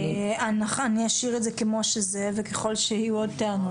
אני אשאיר את זה כמו שזה וככל שיהיו עוד טענות,